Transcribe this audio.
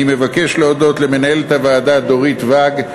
אני מבקש להודות למנהלת הוועדה דורית ואג,